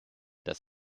das